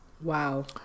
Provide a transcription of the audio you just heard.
Wow